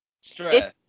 Stress